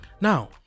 now